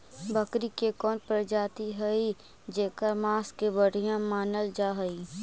बकरी के कौन प्रजाति हई जेकर मांस के बढ़िया मानल जा हई?